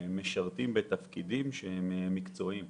משרתים בתפקידים מקצועיים.